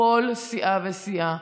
כל סיעה וסיעה,